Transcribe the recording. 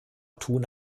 tun